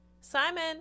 Simon